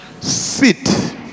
sit